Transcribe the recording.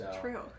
True